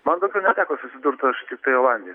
man daugiau neteko susidurt aš tiktai olandijoj